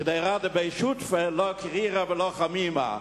"קדרא דבי שותפי לא קרירא ולא חמימא".